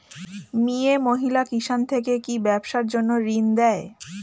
মিয়ে মহিলা কিষান থেকে কি ব্যবসার জন্য ঋন দেয়?